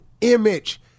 image